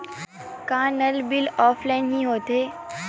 का नल bill offline हि होथे?